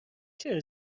چرا